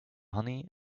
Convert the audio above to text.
honey